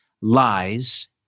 Lies